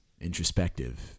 introspective